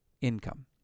income